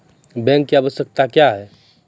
Bank की आवश्यकता क्या हैं?